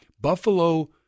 Buffalo –